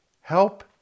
help